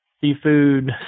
seafood